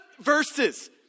verses